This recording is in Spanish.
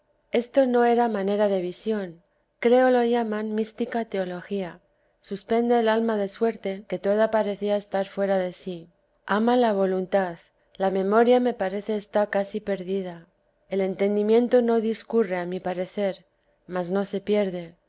esto no era manera de visión creo lo llaman mística teología suspende el alma de suerte que toda parecía estar fuera de sí ama la voluntad la memoria me parece está casi perdida el entendimiento no discurre a mi parecer mas no se pierde